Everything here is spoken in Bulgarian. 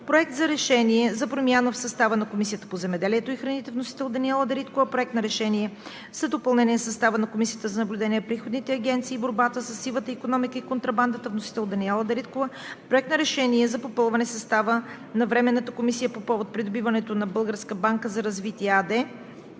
Проект на решение за промяна в състава на Комисията по земеделието и храните. Вносител е Даниела Дариткова. Проект на решение за попълване състава на Комисията за наблюдение над приходните агенции и борбата със сивата икономиката и контрабандата. Вносител е Даниела Дариткова. Проект на решение за попълване състава на Временната комисия по повод придобиването на